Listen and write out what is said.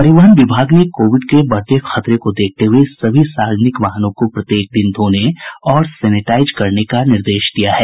परिवहन विभाग ने कोविड के बढ़ते खतरे को देखते हुए सभी सार्वजनिक वाहनों को प्रत्येक दिन धोने और सेनेटाईज करने का निर्देश दिया है